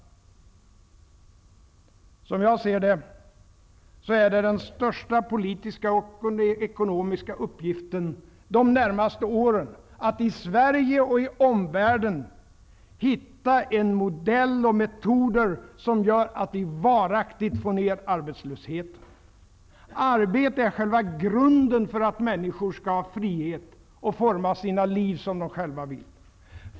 Som jag ser det, är det den största politiska och ekonomiska uppgiften de närmaste åren, att i Sverige och i omvärlden hitta en modell och metoder som gör att vi varaktigt får ned arbetslösheten. Arbete är själva grunden för att människor skall ha frihet att forma sina liv som de själva vill.